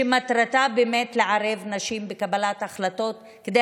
שמטרתה באמת לערב נשים בקבלת החלטות כדי